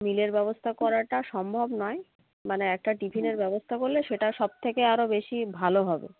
মিলের ব্যবস্থা করাটা সম্ভব নয় মানে একটা টিফিনের ব্যবস্থা করলে সেটা সব থেকে আরও বেশি ভালো হবে